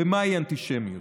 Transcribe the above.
במהי אנטישמיות.